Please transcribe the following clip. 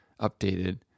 updated